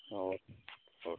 ಹ್ಞೂ okay okay